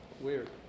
weird